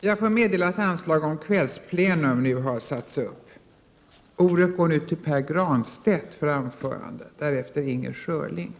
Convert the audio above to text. Jag får meddela att anslag nu har satts upp om att detta sammanträde skall fortsätta efter kl. 19.00.